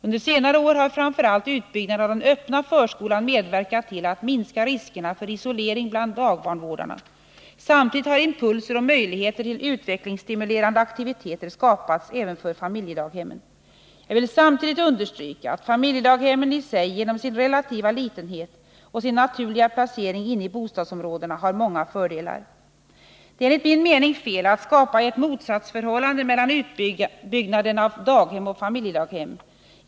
Under senare år har framför allt utbyggnaden av den öppna förskolan medverkat till att minska riskerna för isolering bland dagbarnvårdarna. Samtidigt har impulser och möjligheter till utvecklingsstimulerande aktiviteter skapats även för familjedaghemmen. Jag vill samtidigt understryka att familjedaghemmen i sig genom sin relativa litenhet och sin naturliga placering inne i bostadsområdena har många fördelar. Det är enligt min mening fel att skapa ett motsatsförhållande mellan utbyggnaden av daghem och familjedaghem.